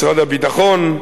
משרד הביטחון,